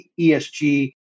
ESG